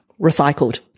Recycled